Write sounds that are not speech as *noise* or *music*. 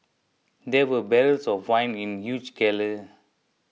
there were barrels of wine in huge *unintelligible*